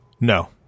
No